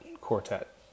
quartet